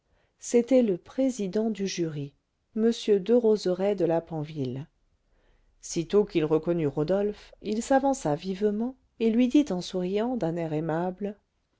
c'était le président du jury m derozerays de la panville sitôt qu'il reconnut rodolphe il s'avança vivement et lui dit en souriant d'un air aimable